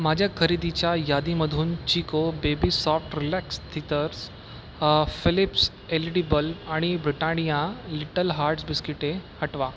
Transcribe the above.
माझ्या खरेदीच्या यादीमधून Chicco baby soft relax teethers Philips LED bulb आणि ब्रिटानिया लिटल हार्ट्स बिस्किटे हटवा